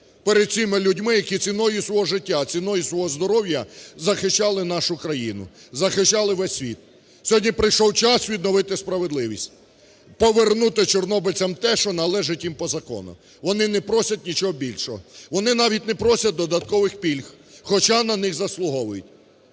перед цими людьми, які ціною свого життя, ціною свого здоров'я захищали нашу країну, захищали весь світ. Сьогодні прийшов час відновити справедливість, повернути чорнобильцям те, що належить їм по закону, вони не просять нічого більшого, вони навіть не просять додаткових пільг, хоча на них заслуговують.